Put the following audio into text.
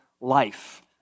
life